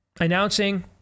announcing